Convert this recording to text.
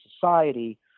Society